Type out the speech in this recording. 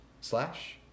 slash